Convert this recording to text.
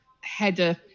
header